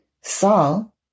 Saul